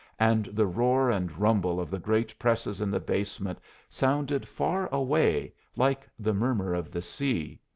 and the roar and rumble of the great presses in the basement sounded far away, like the murmur of the sea.